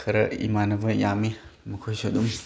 ꯈꯔ ꯏꯃꯥꯟꯅꯕ ꯌꯥꯝꯃꯤ ꯃꯈꯣꯏꯁꯨ ꯑꯗꯨꯝ